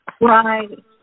Right